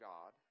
God